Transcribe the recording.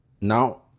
now